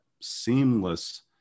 seamless